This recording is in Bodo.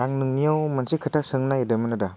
आं नोंनियाव मोनसे खोथा सोंनो नागिरदोंमोन आदा